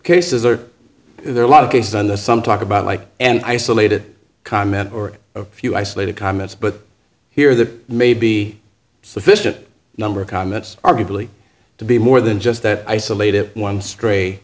cases are there a lot of cases on the some talk about like an isolated comment or a few isolated comments but here the may be sufficient number of comments arguably to be more than just that isolated one stray